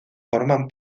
forman